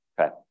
Okay